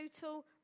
total